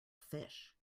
fish